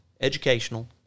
educational